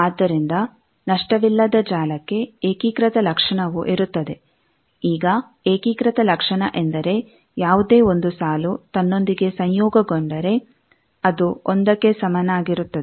ಆದ್ದರಿಂದ ನಷ್ಟವಿಲ್ಲದ ಜಾಲಕ್ಕೆ ಏಕೀಕೃತ ಲಕ್ಷಣವು ಇರುತ್ತದೆ ಈಗ ಏಕೀಕೃತ ಲಕ್ಷಣ ಎಂದರೆ ಯಾವುದೇ ಒಂದು ಸಾಲು ತನ್ನೊಂದಿಗೆ ಸಂಯೋಗಗೊಂಡರೆ ಅದು ಒಂದಕ್ಕೆ ಸಮನಾಗಿರುತ್ತದೆ